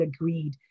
agreed